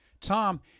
tom